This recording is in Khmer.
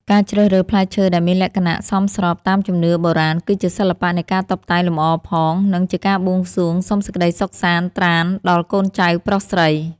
ការជ្រើសរើសផ្លែឈើដែលមានលក្ខណៈសមស្របតាមជំនឿបុរាណគឺជាសិល្បៈនៃការតុបតែងលម្អផង និង ជាការបួងសួងសុំសេចក្តីសុខសាន្តត្រាណដល់កូនចៅប្រុសស្រី។